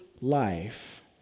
life